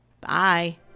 Bye